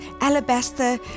alabaster